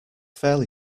fairly